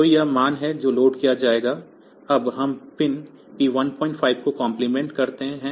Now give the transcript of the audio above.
तो यह मान है जो लोड किया गया है अब हम पिन P15 को कम्प्लीमेंट करते हैं